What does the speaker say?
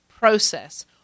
process